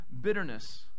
bitterness